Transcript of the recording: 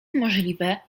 możliwe